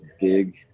big